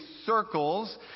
Circles